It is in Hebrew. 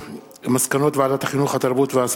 שישה תומכים, אין מתנגדים, אין נמנעים.